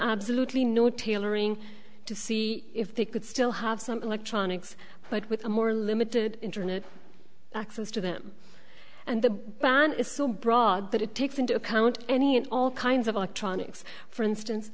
absolutely no tailoring to see if they could still have some electronics but with a more limited internet access to them and the ban is so broad that it takes into account any and all kinds of are trying to fix for instance